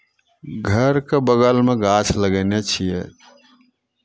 घरके बगलमे गाछ लगयने छियै